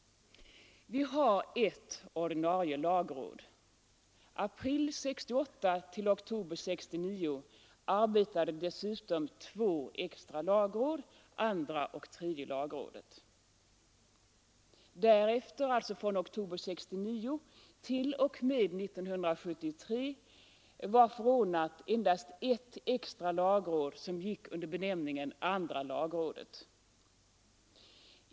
Det finns ett ordinarie lagråd. Från april 1968 till oktober 1969 arbetade dessutom två extra lagråd, andra och tredje lagrådet. Därefter, alltså från oktober 1969, t.o.m. 1973 var förordnat endast ett extra lagråd, som gick under benämningen andra lagrådet.